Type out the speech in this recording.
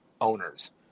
owners